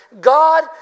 God